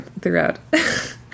throughout